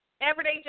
Everyday